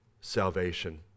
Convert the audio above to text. salvation